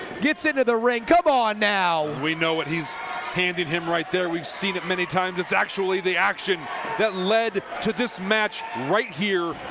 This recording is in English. gets into the ring come on now! ja we know what he's handing him right there. we've seen it many times. it's actually the action that lead to this match right here,